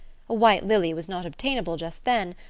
a white lily was not obtainable just then,